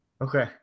Okay